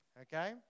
Okay